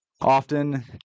often